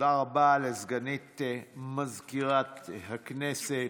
תודה רבה לסגנית מזכירת הכנסת.